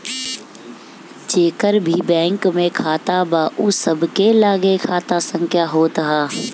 जेकर भी बैंक में खाता बा उ सबके लगे खाता संख्या होत हअ